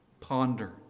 Ponder